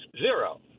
Zero